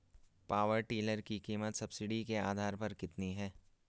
Power tiller की कीमत subsidy के आधार पर कितनी है?